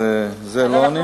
אז על זה לא עונים?